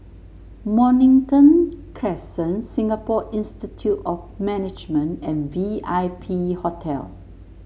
Mornington Crescent Singapore Institute of Management and V I P Hotel